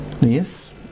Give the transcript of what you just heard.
Yes